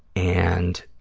and